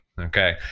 Okay